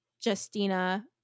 Justina